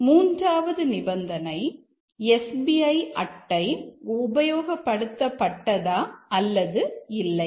மூன்றாவது நிபந்தனை S B அட்டை உபயோகப்படுத்தப்பட்டது அல்லது இல்லையா